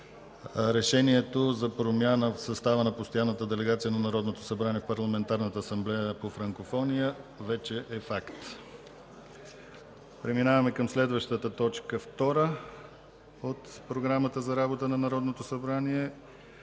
Решението за промяна в състава на постоянната делегация на Народното събрание в Парламентарната асамблея по франкофония вече е факт. Преминаваме към следващата точка втора от програмата за работа на Народното събрание,